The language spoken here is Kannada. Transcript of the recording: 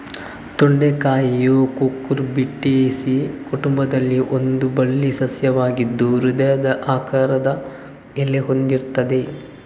ತೊಂಡೆಕಾಯಿಯು ಕುಕುರ್ಬಿಟೇಸಿ ಕುಟುಂಬದಲ್ಲಿ ಒಂದು ಬಳ್ಳಿ ಸಸ್ಯವಾಗಿದ್ದು ಹೃದಯದ ಆಕಾರದ ಎಲೆ ಹೊಂದಿರ್ತದೆ